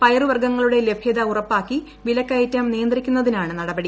പയറുവർഗ്ഗങ്ങളുടെ ലഭൃത ഉറപ്പാക്കി വില കയറ്റം നിയന്ത്രിക്കുന്നതിനാണ് നടപടി